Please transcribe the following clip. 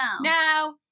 No